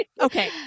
Okay